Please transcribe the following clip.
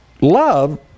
love